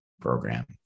program